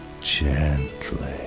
gently